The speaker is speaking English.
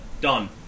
Done